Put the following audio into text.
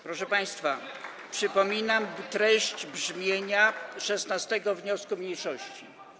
Proszę państwa, przypominam treść, brzmienie 16. wniosku mniejszości.